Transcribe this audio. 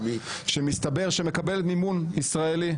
שמסתבר שמקבלת מימון ישראלי.